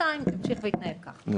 אני נותנת את